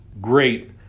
great